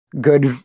good